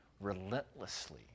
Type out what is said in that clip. relentlessly